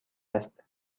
است